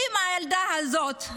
אם הילדה הזאת,